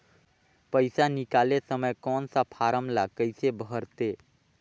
पइसा निकाले समय कौन सा फारम ला कइसे भरते?